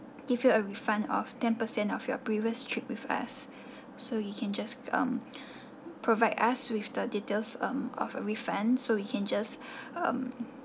give you a refund of ten percent of your previous trip with us so you can just um provide us with the details um of a refund so we can just um